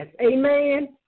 amen